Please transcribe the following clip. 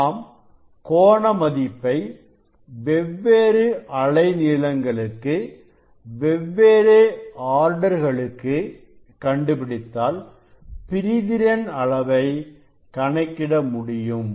நாம் கோண மதிப்பை வெவ்வேறு அலை நீளங்களுக்கு வெவ்வேறு ஆர்டர்களுக்கு கண்டுபிடித்தால் பிரிதிறன் அளவை கணக்கிட முடியும்